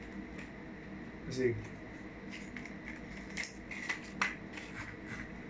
I see